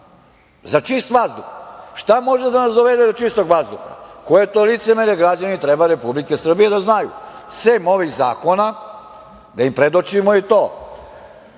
za čist vazduh. Šta može da nas dovede do čistog vazduha? Koje je to licemerje? Građani Republike Srbije treba to da znaju. Sem ovih zakona da im predočimo i to